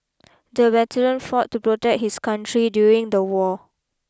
the veteran fought to protect his country during the war